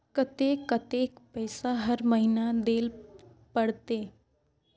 केते कतेक पैसा हर महीना देल पड़ते?